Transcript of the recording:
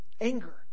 Anger